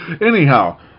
anyhow